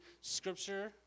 Scripture